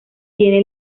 tiene